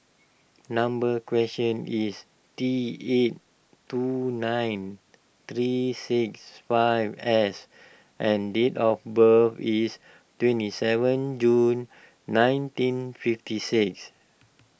number question T eight two nine three six five S and date of birth is twenty seven June nineteen fifty six